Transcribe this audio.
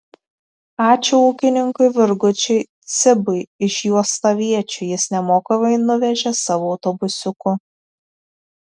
ačiū ūkininkui virgučiui cibui iš juostaviečių jis nemokamai nuvežė savo autobusiuku